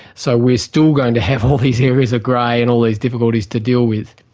so we're still going to have all these areas of grey and all these difficulties to deal with.